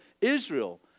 Israel